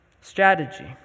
Strategy